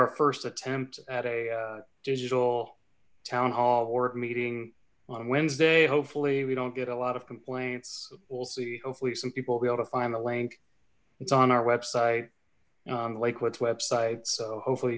our first attempt at a digital town hall board meeting on wednesday hopefully we don't get a lot of complaints we'll see hopefully some people will be able to find the link it's on our website lake wits website so hopefully